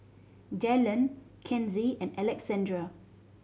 Jaylan Kenzie and Alexandrea